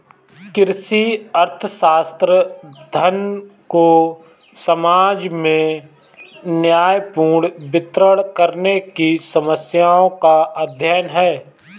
कृषि अर्थशास्त्र, धन को समाज में न्यायपूर्ण वितरण करने की समस्याओं का अध्ययन है